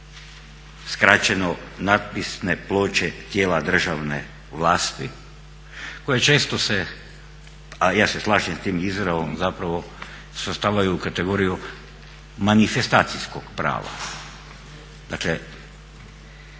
skraćeno natpisne ploče tijela državne vlasti koje često se a ja se slažem s tim izrazom zapravo svrstavaju u kategoriju manifestacijskog prava. Dakle,